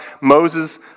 Moses